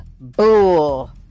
bull